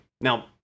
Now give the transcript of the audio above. Now